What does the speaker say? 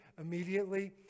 immediately